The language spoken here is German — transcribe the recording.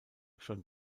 schon